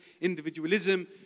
individualism